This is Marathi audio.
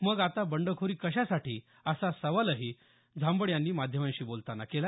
मग आता बंडखोरी कशासाठी असा सवालही त्यांनी माध्यमांशी बोलतांना केला